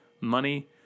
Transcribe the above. money